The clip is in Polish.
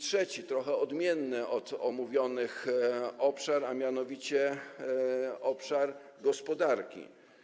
Trzeci, trochę odmienny od omówionych obszar, a mianowicie obszar gospodarki.